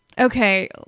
Okay